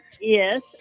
Yes